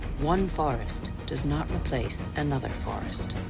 one forest does not replace another forest.